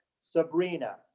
Sabrina